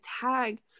tag